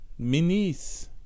Minis